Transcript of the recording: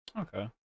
Okay